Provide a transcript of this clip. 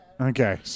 Okay